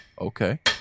Okay